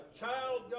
child